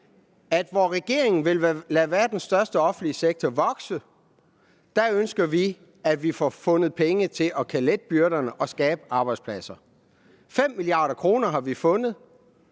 hvor regeringen ønsker at lade verdens største offentlige sektor vokse, ønsker vi, at der bliver fundet penge til at lette byrderne og skabe arbejdspladser. Vi har fundet